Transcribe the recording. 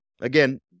Again